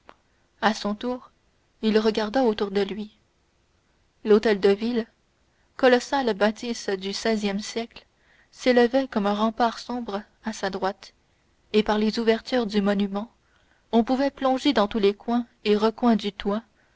à son tour il regarda autour de lui l'hôtel de ville colossale bâtisse du seizième siècle s'élevait comme un rempart sombre à sa droite et par les ouvertures du monument on pouvait plonger dans tous les coins et recoins du toit